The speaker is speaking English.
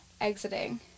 exiting